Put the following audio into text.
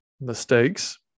mistakes